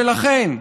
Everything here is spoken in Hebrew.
ולכן,